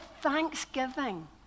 thanksgiving